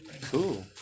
Cool